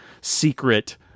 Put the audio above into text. secret